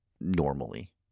normally